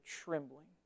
trembling